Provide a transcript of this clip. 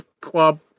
club